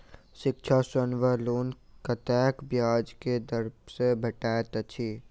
शिक्षा ऋण वा लोन कतेक ब्याज केँ दर सँ भेटैत अछि?